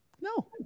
No